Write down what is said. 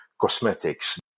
cosmetics